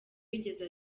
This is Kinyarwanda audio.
yigeze